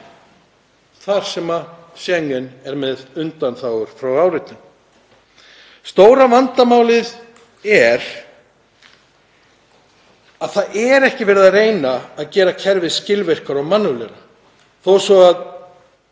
þar sem Schengen er með undanþágur frá áritun. Stóra vandamálið er að það er ekki verið að reyna að gera kerfið skilvirkara og mannúðlegra þó svo að